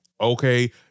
Okay